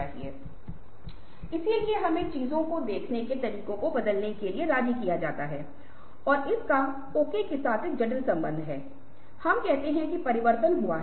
यदि व्यक्ति खुद से इच्छुक है और अभ्यास करता है तो वह निश्चित रूप से सीखेगा